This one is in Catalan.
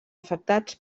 afectats